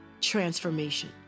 transformation